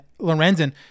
Lorenzen